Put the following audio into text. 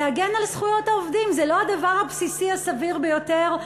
להגן על זכויות העובדים זה לא הדבר הבסיסי הסביר ביותר?